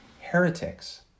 heretics